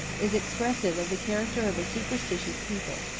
is expressive of the character of a superstitious people.